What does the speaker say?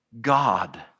God